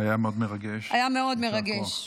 נכון, היה מאוד מרגש.